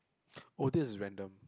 oh this is random